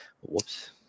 Whoops